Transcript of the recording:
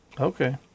Okay